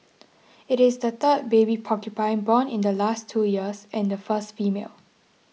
it is the third baby porcupine born in the last two years and the first female